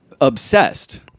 obsessed